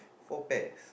four pairs